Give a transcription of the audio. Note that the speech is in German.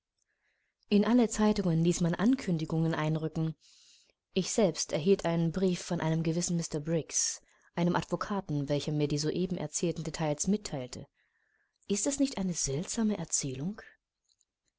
in alle zeitungen ließ man ankündigungen einrücken ich selbst erhielt einen brief von einem gewissen mr briggs einem advokaten welcher mir die soeben erzählten details mitteilte ist das nicht eine seltsame erzählung